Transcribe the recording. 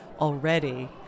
already